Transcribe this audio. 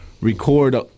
record